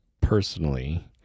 personally